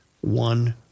one